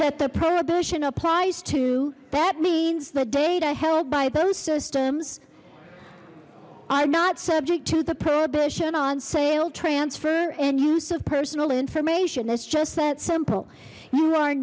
that the prohibition applies to that means the data held by those systems are not subject to the prohibition on sale transfer and use of personal information it's just that simple